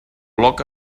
bloc